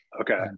okay